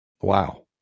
Wow